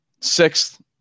sixth